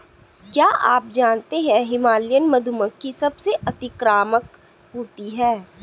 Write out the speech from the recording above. क्या आप जानते है हिमालयन मधुमक्खी सबसे अतिक्रामक होती है?